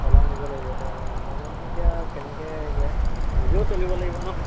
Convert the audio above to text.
চলাই নিব লাগিব হয় নহ'লেনো এতিয়া কেনেকৈ নিজেও চলিব লাগিব ন